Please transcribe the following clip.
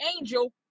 angel